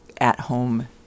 at-home